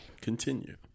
Continue